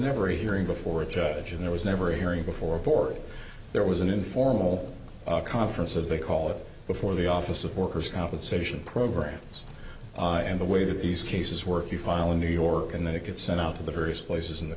never a hearing before a judge and there was never a hearing before a board there was an informal conference as they call it before the office of workers compensation programs and the way that these cases work you file in new york and then it gets sent out to the various places in the